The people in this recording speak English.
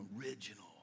original